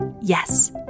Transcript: Yes